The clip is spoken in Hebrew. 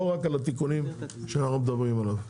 לא רק על התיקונים שאנחנו מדברים עליו.